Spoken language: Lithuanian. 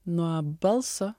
nuo balso